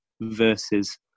versus